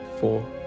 four